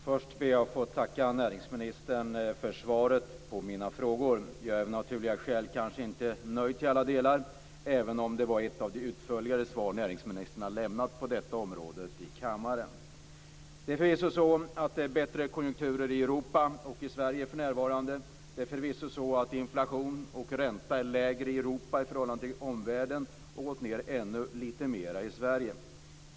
Fru talman! Först ber jag att få tacka näringsministern för svaren på mina frågor. Av naturliga skäl är jag kanske inte nöjd till alla delar, även om det var ett av de utförligaste svaren som näringsministern har lämnat på detta område i kammaren. Konjunkturerna i Europa och Sverige är för närvarande bättre. Inflation och ränta är förvisso lägre i Europa i förhållande till omvärlden, och de har gått ned ännu lite mera i Sverige.